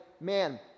man